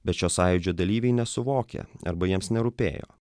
bet šio sąjūdžio dalyviai nesuvokia arba jiems nerūpėjo